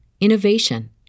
innovation